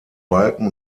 balken